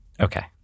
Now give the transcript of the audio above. Okay